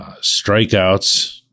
strikeouts